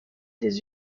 des